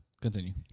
continue